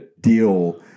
deal